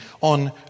on